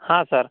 हा सर